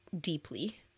deeply